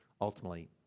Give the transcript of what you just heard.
Ultimately